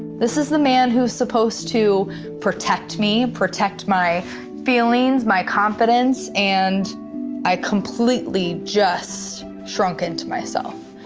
this is the man who supposed to protect me protect my feelings my confidence and i completely just shrunk into myself.